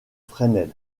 fresnel